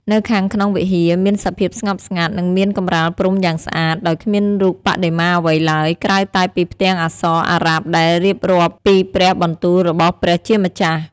នៅខាងក្នុងវិហារមានសភាពស្ងប់ស្ងាត់ និងមានកម្រាលព្រំយ៉ាងស្អាត ដោយគ្មានរូបបដិមាអ្វីឡើយ ក្រៅតែពីផ្ទាំងអក្សរអារ៉ាប់ដែលរៀបរាប់ពីព្រះបន្ទូលរបស់ព្រះជាម្ចាស់។